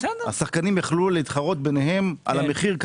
השחקנים יכלו להתחרות ביניהם על המחיר,